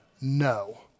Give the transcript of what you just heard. No